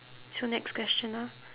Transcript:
so next question ah